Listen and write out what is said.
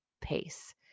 pace